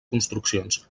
construccions